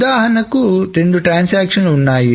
ఉదాహరణకు రెండు ట్రాన్సాక్షన్లు ఉన్నాయి